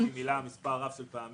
שוחחתי עם הילה מספר רב של פעמים.